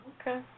Okay